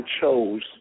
chose